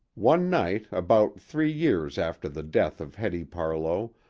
one night, about three years after the death of hetty parlow,